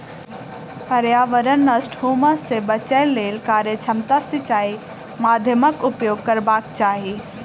पर्यावरण नष्ट होमअ सॅ बचैक लेल कार्यक्षमता सिचाई माध्यमक उपयोग करबाक चाही